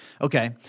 Okay